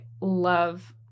love